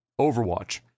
Overwatch